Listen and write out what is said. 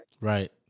Right